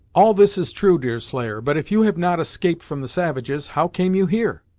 all this is true, deerslayer, but if you have not escaped from the savages, how came you here?